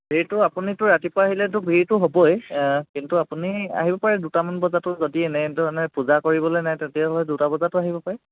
এইটো আপুনিতো ৰাতিপুৱা আহিলেতো ভিৰতো হ'বই কিন্তু আপুনি আহিব পাৰে দুটামান বজাতো যদি এনেইটো মানে পূজা কৰিবলৈ নাই তেতিয়া হয় দুটা বজাতো আহিব পাৰে